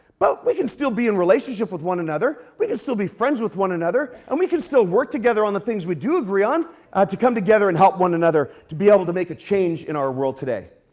but we can still be in relationship with one another. we can still be friends with one another and we can still work together on the things we do agree on to come together and help one another be able to make a change in our world today.